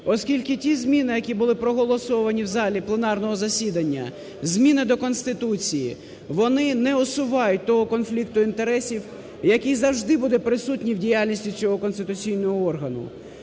Оскільки ті зміни, які були проголосовані в залі пленарного засідання, зміни до Конституції, вони не усувають того конфлікту інтересів, який завжди буде присутній в діяльності цього конституційного органу.